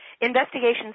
Investigations